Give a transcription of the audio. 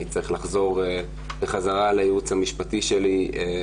אני צריך לחזור חזרה לייעוץ המשפטי שלי.